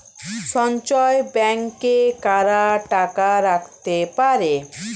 সঞ্চয় ব্যাংকে কারা টাকা রাখতে পারে?